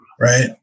right